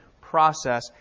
process